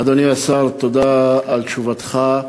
אדוני השר, תודה על תשובתך.